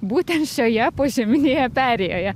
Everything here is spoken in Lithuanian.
būtent šioje požeminėje perėjoje